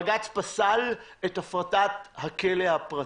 בג"ץ פסל את הפרטת הכלא הפרטי,